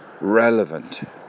relevant